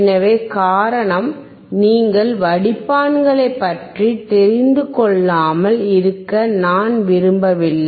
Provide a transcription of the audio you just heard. எனவே காரணம் நீங்கள் வடிப்பான்களை பற்றி தெரிந்துகொள்ளாமல் இருக்க நான் விரும்பவில்லை